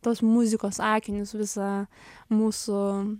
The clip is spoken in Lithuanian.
tos muzikos akinius visą mūsų